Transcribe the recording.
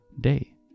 day